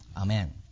Amen